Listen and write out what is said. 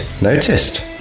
Noticed